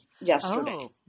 yesterday